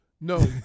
no